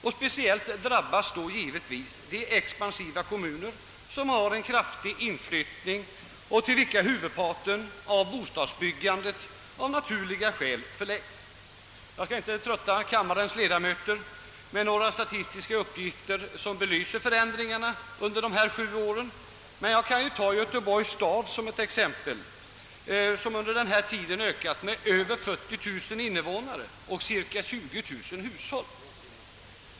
Särskilt hårt drabbas därigenom de expansiva kommuner, som har en omfattande inflyttning och till vilka huvudparten av bostadsbyggandet av naturliga skäl förläggs. Jag skall inte trötta kammarens ledamöter med att i någon större utsträckning redovisa statistiska uppgifter som belyser de förändringar som ägt rum under dessa sju år. Jag skall bara som exempel ta Göteborgs stad, som under denna tid ökat med över 40 000 invånare och cirka 20 000 hushåll.